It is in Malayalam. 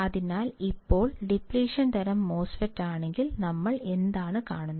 അതിനാൽ ഇപ്പോൾ ഡിപ്ലിഷൻ തരം മോസ്ഫെറ്റ് ആണെങ്കിൽ നമ്മൾ എന്താണ് കാണുന്നത്